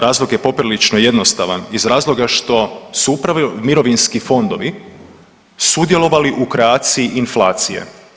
Razlog je poprilično jednostavan, iz razloga što su upravo mirovinski fondovi sudjelovali u kreaciji inflacije.